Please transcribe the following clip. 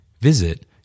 Visit